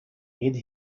hid